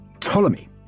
Ptolemy